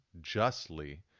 justly